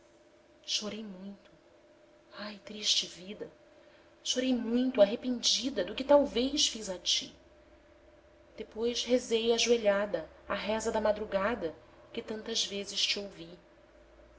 chorei muito ai triste vida chorei muito arrependida do que talvez fiz a ti depois rezei ajoelhada a reza da madrugada que tantas vezes te ouvi